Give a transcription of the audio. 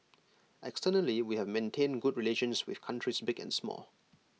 externally we have maintained good relations with countries big and small